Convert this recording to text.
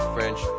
French